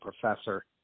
professor